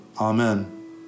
Amen